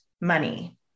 money